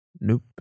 Nope